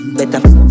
better